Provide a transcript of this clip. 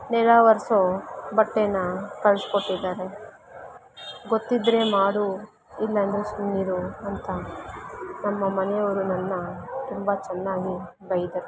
ನೆಲ ಒರೆಸೋ ಬಟ್ಟೆ ಕಳಿಸ್ಕೊಟ್ಟಿದ್ದಾರೆ ಗೊತ್ತಿದ್ರೆ ಮಾಡು ಇಲ್ಲಂದರೆ ಸುಮ್ಮನಿರು ಅಂತ ನಮ್ಮ ಮನೆಯವರು ನನ್ನ ತುಂಬ ಚೆನ್ನಾಗಿ ಬೈದ್ರು